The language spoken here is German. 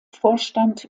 vorstand